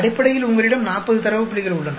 அடிப்படையில் உங்களிடம் 40 தரவு புள்ளிகள் உள்ளன